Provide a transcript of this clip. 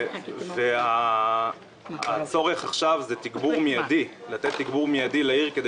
יש עכשיו צורך לתת תגבור מיידי לעיר כדי